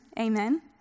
amen